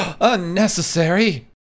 unnecessary